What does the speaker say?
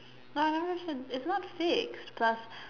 uh it's a it's not six plus